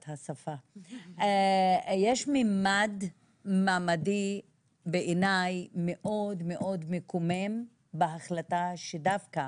יש ממד מעמדי בעיניי מאוד מאוד מקומם בהחלטה שדווקא